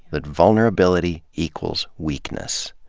that vulnerability equals weakness.